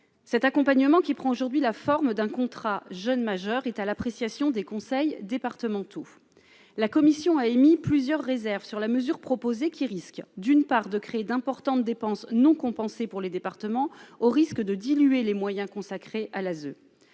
Cet accompagnement qui prend aujourd'hui la forme d'un contrat jeune majeur est à l'appréciation des conseils départementaux, la commission a émis plusieurs réserves sur la mesure proposée qui risque d'une part, de créer d'importantes dépenses non compensées pour les départements, au risque de diluer les moyens consacrés à la